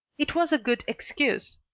it was a good excuse.